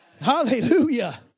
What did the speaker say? Hallelujah